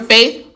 Faith